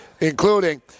including